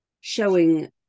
showing